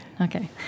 Okay